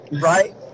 Right